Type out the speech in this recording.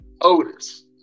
Otis